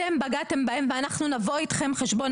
אתם בגדתם בהם ואנחנו נבוא אתכם חשבון.